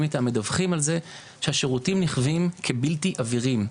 איתם מדווחים על זה שהשירותים נחווים כבלתי עבירים.